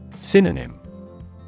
Synonym